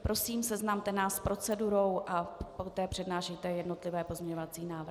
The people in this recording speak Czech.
Prosím, seznamte nás s procedurou a poté přednášejte jednotlivé pozměňovací návrhy.